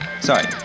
sorry